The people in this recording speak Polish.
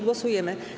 Głosujemy.